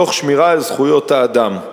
תוך שמירה על זכויות האדם.